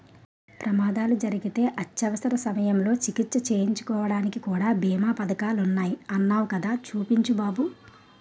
ప్రమాదాలు జరిగితే అత్యవసర సమయంలో చికిత్స చేయించుకోడానికి కూడా బీమా పదకాలున్నాయ్ అన్నావ్ కదా చూపించు బాబు